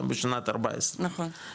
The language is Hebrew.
גם בשנת 14 --- נכון.